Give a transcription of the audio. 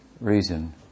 reason